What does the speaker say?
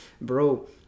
bro